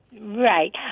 Right